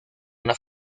una